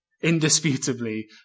indisputably